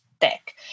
thick